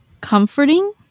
comforting